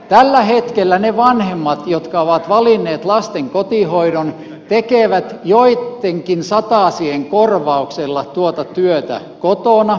tällä hetkellä ne vanhemmat jotka ovat valinneet lasten kotihoidon tekevät joittenkin satasien korvauksella tuota työtä kotona